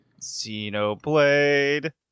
Xenoblade